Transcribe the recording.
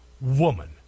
woman